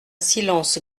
silence